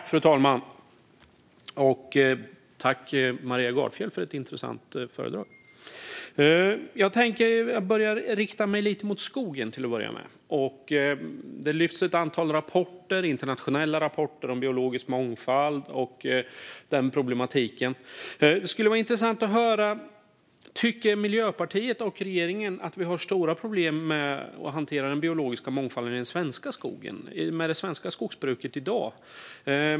Fru talman! Tack, Maria Gardfjell, för ett intressant anförande! Jag tänkte till att börja med rikta in mig på skogen. Det lyftes fram ett antal internationella rapporter om biologisk mångfald och den problematiken. Det skulle vara intressant att höra om Miljöpartiet och regeringen tycker att vi i dag har stora problem med att hantera den biologiska mångfalden i den svenska skogen med det svenska skogsbruket.